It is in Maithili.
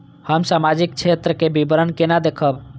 हम सामाजिक क्षेत्र के विवरण केना देखब?